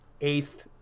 eighth